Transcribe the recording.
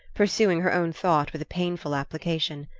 pursuing her own thought with a painful application,